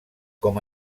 com